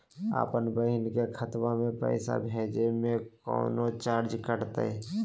अपन बहिन के खतवा में पैसा भेजे में कौनो चार्जो कटतई?